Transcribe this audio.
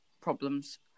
problems